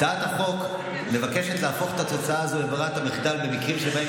הצעת החוק מבקשת להפוך את התוצאה הזאת לברירת המחדל במקרים שבהם